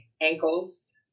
ankles